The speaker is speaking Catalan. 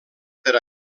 per